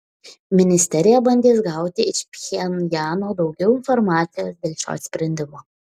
ministerija bandys gauti iš pchenjano daugiau informacijos dėl šio sprendimo